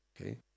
Okay